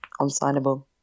unsignable